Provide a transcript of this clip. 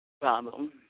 problem